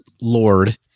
lord